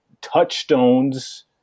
touchstones